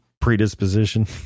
predisposition